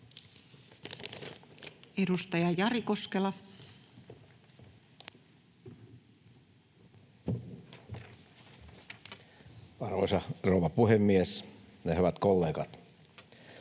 Edustaja Jari Koskela. Arvoisa rouva puhemies ja hyvät kollegat!